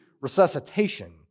resuscitation